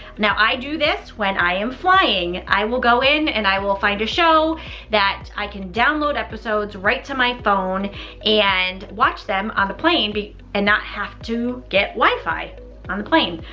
now i do this when i am flying. will go in and i will find a show that i can download episodes right to my phone and watch them on the plane but and not have to get wifi on the plane.